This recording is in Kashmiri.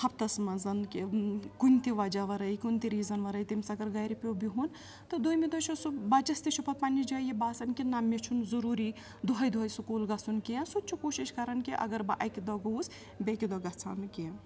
ہَفتَس منٛز کہِ کُنہِ تہِ وجہ وَرٲے کُنہِ تہِ ریٖزَن وَرٲے تٔمِس اگر گَرِ پیوٚو بِہُن تہٕ دویمہِ دۄہ چھُ سُہ بَچَس تہِ چھُ پَتہٕ پَنٛنہِ جایہِ یہِ باسَان کہِ نہ مےٚ چھُنہٕ ضروٗری دۄہے دۄہے سکوٗل گژھُن کینٛہُہ سُہ تہِ چھُ کوٗشِش کَرَان گر بہٕ اَکہِ دۄہ گوس بیٚکہِ دۄہ گژھ ہہ نہٕ کینٛہہ